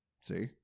See